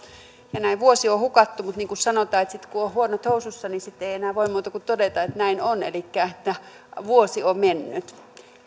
ja näin vuosi on hukattu mutta niin kuin sanotaan että sitten kun on huonot housussa sitten ei ei enää voi muuta kuin todeta että näin on elikkä vuosi on mennyt